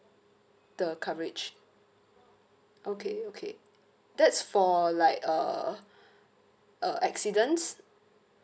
the coverage okay okay that's for like uh uh accidents